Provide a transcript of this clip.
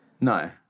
No